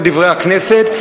ל"דברי הכנסת",